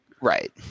right